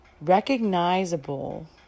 recognizable